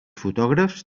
fotògrafs